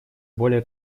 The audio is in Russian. более